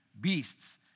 beasts